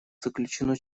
заключено